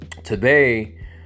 Today